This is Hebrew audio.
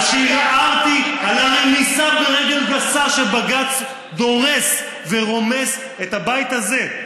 על שערערתי על הרמיסה ברגל גסה שבג"ץ דורס ורומס את הבית הזה,